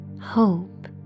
hope